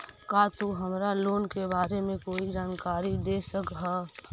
का तु हमरा लोन के बारे में कोई जानकारी दे सकऽ हऽ?